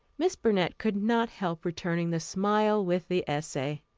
miss burnett could not help returning the smile with the essay.